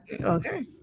okay